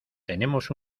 tenemos